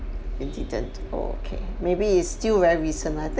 you didn't oh okay maybe is still very recently I think